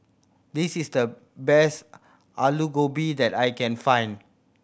this is the best Aloo Gobi that I can find